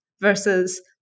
versus